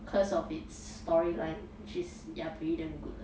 cause of it's story line which is ya pretty damn good lah